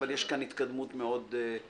אבל יש כאן התקדמות מאוד גדולה.